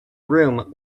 room